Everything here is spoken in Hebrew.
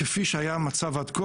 כפי שהיה המצב עד כה,